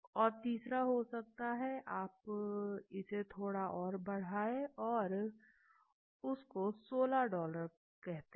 और तीसरा हो सकता है आप थोड़ा और देते हैं और इसे 16 डॉलर कहते हैं